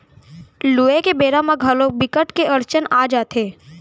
लूए के बेरा म घलोक बिकट के अड़चन आ जाथे